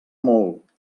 molt